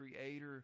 creator